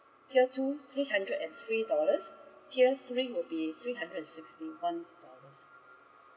tier two three hundred and three dollars tier three would be three hundred and sixty one dollars